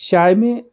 चाय में